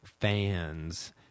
fans